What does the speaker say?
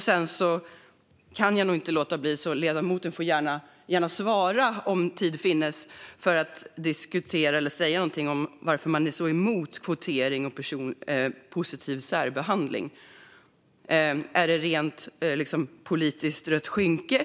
Sedan kan jag inte låta bli att fråga - ledamoten får gärna svara, om tid finns - varför man är så emot kvotering och positiv särbehandling. Är det ett politiskt rött skynke?